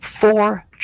four